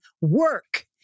work